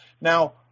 Now